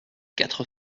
quatre